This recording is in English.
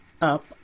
up